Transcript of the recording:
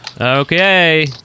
Okay